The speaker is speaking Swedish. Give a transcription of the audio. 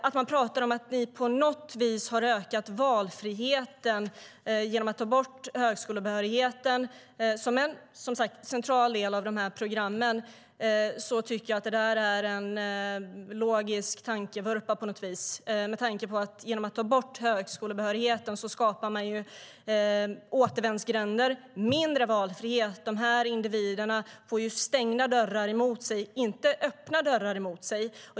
Ert tal om att ni på något vis har ökat valfriheten genom att ta bort högskolebehörigheten som en central del av yrkesprogrammen tycker jag är en logisk tankevurpa. Genom att ta bort högskolebehörigheten skapar man återvändsgränder och mindre valfrihet. De här individerna får ju stängda dörrar emot sig, inte öppna dörrar.